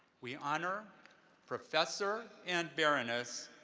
we honor professor, and baroness,